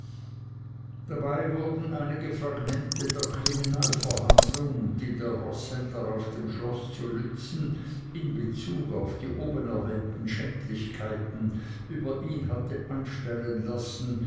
dabei wurden einige fragmente der kriminalverhandlung die der roßhändler auf dem schlosse zu lützen in bezug auf die oben erwähnten schändlichkeiten über ihn hatte anstellen lassen